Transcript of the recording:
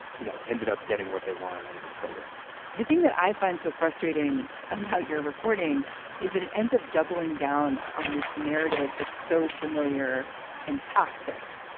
you know, ended up getting what they wanted out of this program the thing that i find so frustrating about your reporting is that it ends up doubling down on this narrative that's so familiar and toxic,